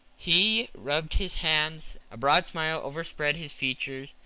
he rubbed his hands, a broad smile overspread his features,